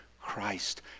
christ